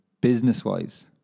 business-wise